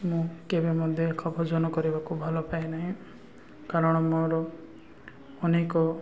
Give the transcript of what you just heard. ମୁଁ କେବେ ମଧ୍ୟ ଭୋଜନ କରିବାକୁ ଭଲ ପାଏ ନାହିଁ କାରଣ ମୋର ଅନେକ